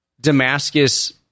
Damascus